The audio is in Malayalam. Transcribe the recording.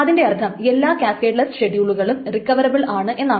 അതിന്റെയർത്ഥം എല്ലാ കാസ്കേഡ് ലെസ്സ് ഷെഡ്യൂളുകളും റിക്കവറബിൾ ആണ് എന്നാണ്